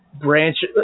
Branch